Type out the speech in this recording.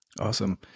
Awesome